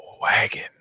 Wagon